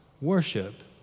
Worship